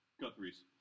Guthrie's